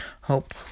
Hope